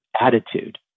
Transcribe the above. attitude